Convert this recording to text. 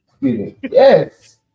yes